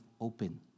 open